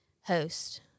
host